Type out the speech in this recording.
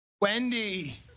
Wendy